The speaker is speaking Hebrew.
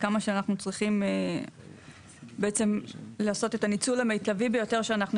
כמה שאנחנו צריכים לעשות את המיצוי המיטבי שאנחנו